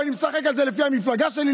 ואני משחק את זה לפי המפלגה שלי,